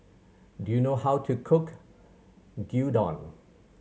do you know how to cook Gyudon